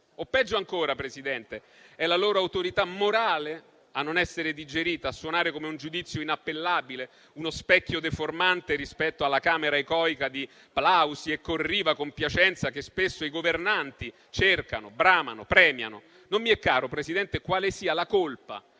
peggio ancora, signor Presidente, è la loro autorità morale a non essere digerita? A suonare come un giudizio inappellabile, uno specchio deformante rispetto alla Camera anecoica di plausi e corriva compiacenza, che spesso i governanti cercano, bramano, premiano? Non mi è, caro Presidente, quale sia la colpa,